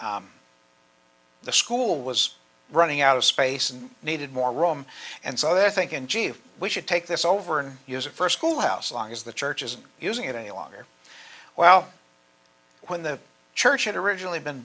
the school was running out of space and needed more room and so they're thinking gee if we should take this over and use a first pool house long as the church isn't using it any longer well when the church had originally been